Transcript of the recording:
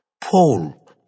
Paul